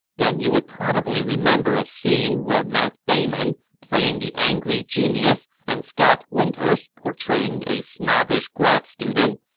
then you would probably remember a scene where matt damon, playing the angry genius, and scott winters, portraying a snobbish grad student,